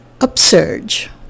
upsurge